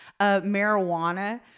marijuana